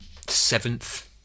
seventh